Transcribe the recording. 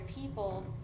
people